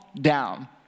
down